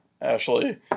Ashley